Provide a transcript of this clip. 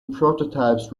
prototypes